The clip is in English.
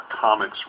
comic's